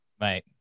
right